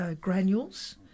granules